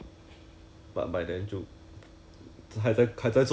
in the end 到到你 console 她 liao